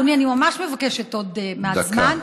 אדוני, אני ממש מבקשת עוד מעט זמן.